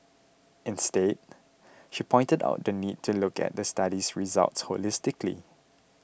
instead she pointed out the need to look at the study's results holistically